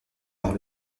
par